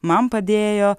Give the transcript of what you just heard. man padėjo